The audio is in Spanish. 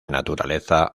naturaleza